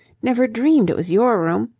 never dreamed it was your room.